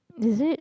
is it